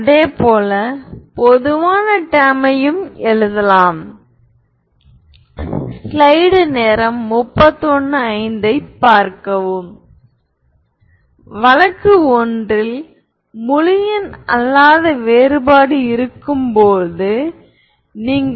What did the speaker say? இதன் மூலம் இந்த ஹெர்மிடியன் மேட்ரிக்ஸுக்கு எங்களிடம் உள்ள பண்புகளைப் பின்பற்ற முயற்சிப்போம்